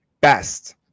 best